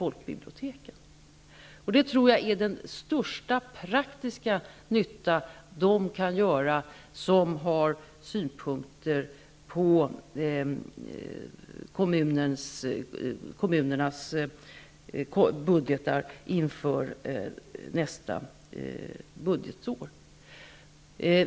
Jag tror att det är den största praktiska nytta som de som har synpunkter på kommunernas budgetar inför nästa budgetår kan göra.